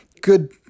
good